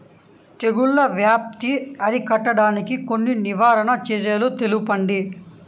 తెగుళ్ల వ్యాప్తి అరికట్టడానికి కొన్ని నివారణ చర్యలు తెలుపండి?